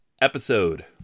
episode